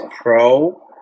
pro